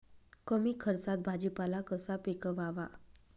कमी खर्चात भाजीपाला कसा पिकवावा?